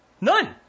None